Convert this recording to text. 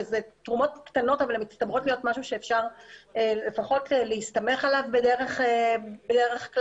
שזה תרומות קטנות שהן מצטברות למשהו שאפשר לפחות להסתמך עליו בדרך כלל.